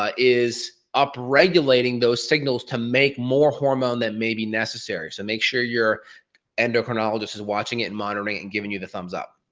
ah is, up-regulating those signals to make more hormone that may be necessary. so make sure your endocrinologist is watching it and monitoring it and giving you the thumbs up